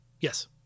Yes